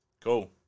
cool